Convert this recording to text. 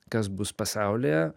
kas bus pasaulyje